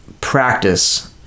practice